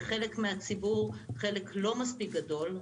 וחלק לא מספיק גדול מהציבור,